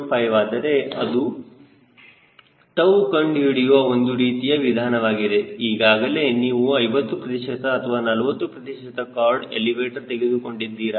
5 ಆದರೆ ಇದು 𝜏 ಕಂಡುಹಿಡಿಯುವ ಒಂದು ರೀತಿಯ ವಿಧಾನವಾಗಿದೆ ಈಗಾಗಲೇ ನೀವು 50 ಪ್ರತಿಶತ ಅಥವಾ 40 ಪ್ರತಿಶತ ಕಾರ್ಡ್ ಎಲಿವೇಟರ್ ತೆಗೆದುಕೊಂಡಿದ್ದೀರಾ